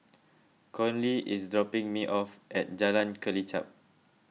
Conley is dropping me off at Jalan Kelichap